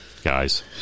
guys